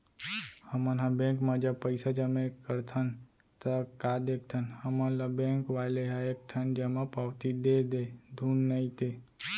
हमन ह बेंक म जब पइसा जमा करथन ता का देखथन हमन ल बेंक वाले ह एक ठन जमा पावती दे हे धुन नइ ते